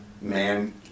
man